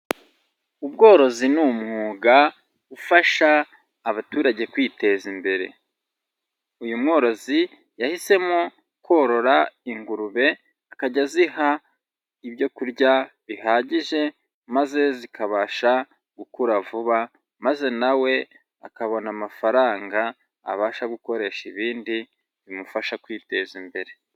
Ubworozi ni umwuga ufasha abaturage kwiteza imbere. Uyu mworozi yahisemo korora ingurube akajya aziha ibyo kurya bihagije maze zikabasha gukura vuba maze nawe akabona amafaranga abasha gukoresha ibindi bimufasha kwiteza imbere.